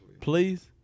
Please